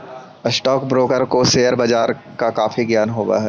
stock broker को share बाजार का काफी ज्ञान हो हई